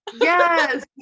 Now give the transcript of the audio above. Yes